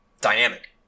dynamic